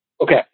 Okay